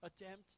attempt